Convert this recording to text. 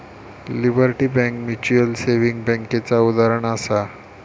liberty bank mutual saving बैंकेचा उदाहरणं आसा